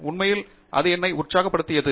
உண்மையில் அது என்னை உற்சாகப்படுத்தியது